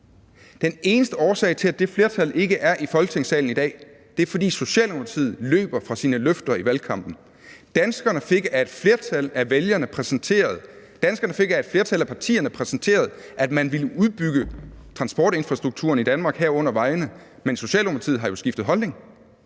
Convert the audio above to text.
Den eneste årsag til, at det flertal ikke er i Folketingssalen i dag, er, at Socialdemokratiet løber fra sine løfter i valgkampen. Danskerne fik af et flertal af partierne præsenteret, at man ville udbygge transportinfrastrukturen i Danmark, herunder vejene, men Socialdemokratiet har jo skiftet holdning.